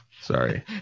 Sorry